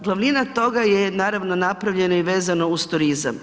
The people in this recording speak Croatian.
Glavnina toga je naravno napravljena i vezano uz turizam.